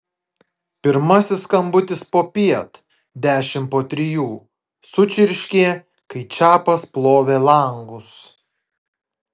pirmasis skambutis popiet dešimt po trijų sučirškė kai čapas plovė langus